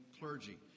clergy